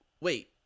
wait